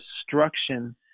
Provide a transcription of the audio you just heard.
destruction